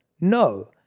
No